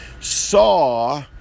saw